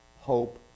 hope